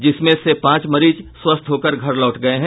जिसमें से पांच मरीज स्वस्थ्य होकर घर लौट गए हैं